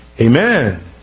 amen